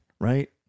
right